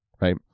right